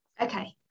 Okay